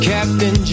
Captain